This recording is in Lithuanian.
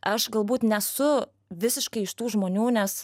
aš galbūt nesu visiškai iš tų žmonių nes